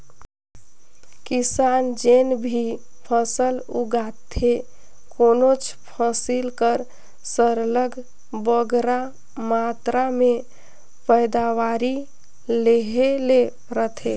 किसान जेन भी फसल उगाथे कोनोच फसिल कर सरलग बगरा मातरा में पएदावारी लेहे ले रहथे